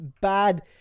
bad